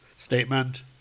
Statement